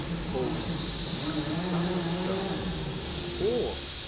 was holding it inside of himself or